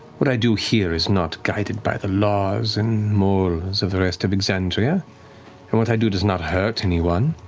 what i do here is not guided by the laws and morals of the rest of exandria. and what i do does not hurt anyone.